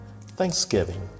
Thanksgiving